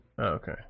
Okay